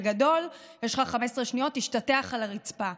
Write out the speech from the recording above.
בגדול, יש לך 15 שניות, תשתטח על הרצפה.